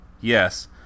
Yes